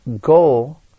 Goal